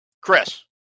Chris